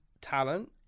talent